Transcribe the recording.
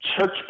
Church